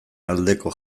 aldeko